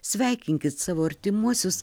sveikinkit savo artimuosius